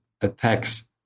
attacks